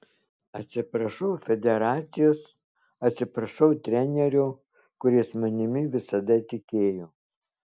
atsiprašau federacijos atsiprašau trenerio kuris manimi visada tikėjo